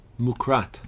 Mukrat